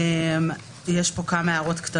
פסקה (12)